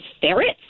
ferrets